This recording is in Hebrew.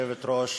גברתי היושבת-ראש,